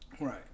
Right